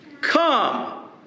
Come